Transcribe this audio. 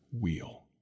wheel